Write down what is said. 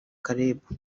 caleb